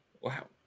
Wow